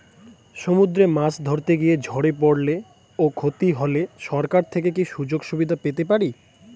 সমুদ্রে মাছ ধরতে গিয়ে ঝড়ে পরলে ও ক্ষতি হলে সরকার থেকে কি সুযোগ সুবিধা পেতে পারি?